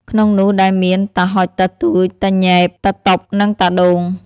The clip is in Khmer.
ក្នុងនោះដែរមាន តាហ៊ុក តាទូច តាញេប តាតុប និងតាដូង។